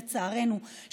לצערנו,